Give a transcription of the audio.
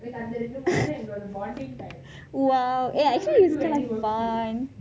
!wow! actually is so much fun